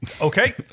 Okay